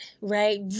right